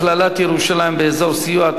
הכללת ירושלים באזור סיוע),